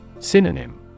Synonym